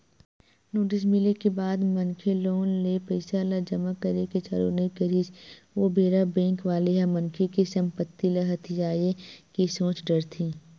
notice मिले के बाद मनखे लोन ले पइसा ल जमा करे के चालू नइ करिस ओ बेरा बेंक वाले ह मनखे के संपत्ति ल हथियाये के सोच डरथे